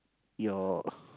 your